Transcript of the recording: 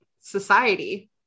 society